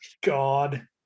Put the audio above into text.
God